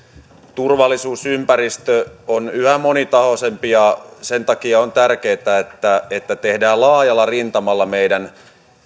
turvallisuusympäristö on yhä monitahoisempi ja sen takia on tärkeätä että että tehdään laajalla rintamalla meidän